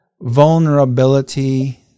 vulnerability